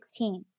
2016